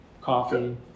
coffee